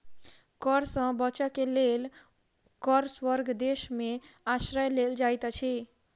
कर सॅ बचअ के लेल कर स्वर्ग देश में आश्रय लेल जाइत अछि